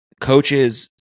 coaches